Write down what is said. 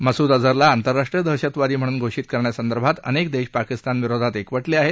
मसूद अझहरला आंतरराष्ट्रीय दहशतवादी म्हणून घोषित करण्यासंदर्भात अनेक देश पाकिस्तानविरोधात एकवटले आहेत